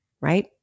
right